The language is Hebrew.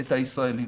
את הישראלים.